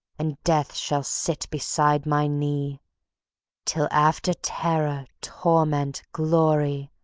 and death shall sit beside my knee till after terror, torment, glory,